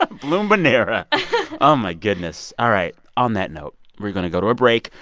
ah bloombinara oh, my goodness. all right. on that note, we're going to go to a break.